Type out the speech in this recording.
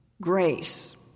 grace